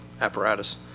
apparatus